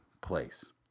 place